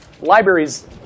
Libraries